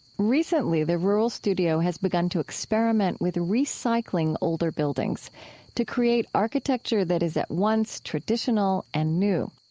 recently, the rural studio has begun to experiment with recycling older buildings to create architecture that is at once traditional and new.